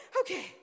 okay